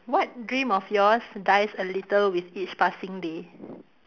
what dream of yours dies a little with each passing day